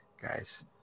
guys